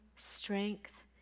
strength